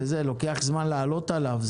לוקח זמן לעלות עליו.